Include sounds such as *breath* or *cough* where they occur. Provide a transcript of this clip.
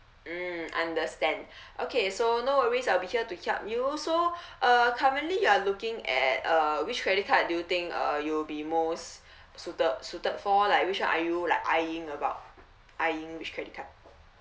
mm *noise* understand *breath* okay so no worries I'll be here to help you so *breath* uh currently you are looking at uh which credit card do you think uh you'll be most *breath* suited suited for like which one are you like eyeing about eyeing which credit card